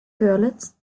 görlitz